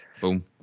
Boom